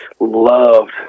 loved